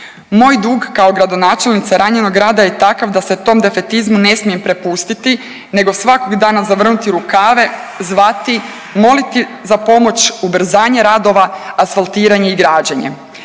Moj dug kao gradonačelnica ranjenog grada je takav da se tom defetizmu ne smijem prepustiti nego svakog dana zavrnuti rukave, zvati, moliti za pomoć, ubrzanje radova, asfaltiranje i građenje.